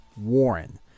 Warren